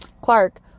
Clark